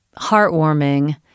heartwarming